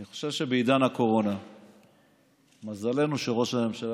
אני חושב שבעידן הקורונה מזלנו שראש הממשלה